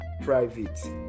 private